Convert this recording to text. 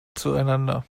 zueinander